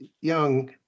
young